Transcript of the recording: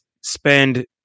spend